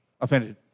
offended